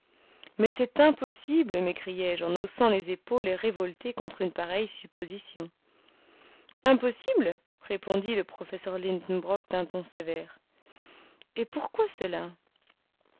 mais c'est impossible m'écriai-je en haussant les épaules et révolté contre une pareille supposition impossible répondit le professeur lidenbrock d'un ton sévère et pourquoi cela